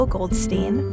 Goldstein